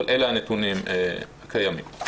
אבל אלה נתונים הקיימים.